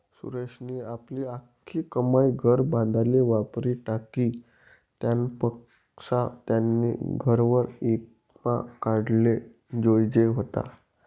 सुरेशनी आपली आख्खी कमाई घर बांधाले वापरी टाकी, त्यानापक्सा त्यानी घरवर ईमा काढाले जोयजे व्हता